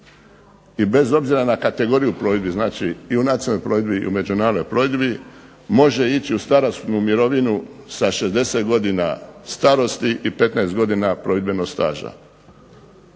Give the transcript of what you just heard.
i bez obzira na kategoriju plovidbe. U nacionalnoj plovidbi i međunarodnoj plovidbi može ići u starosnu mirovinu sa 60 godina starosti i 15 godina plovidbenog staža.